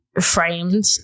framed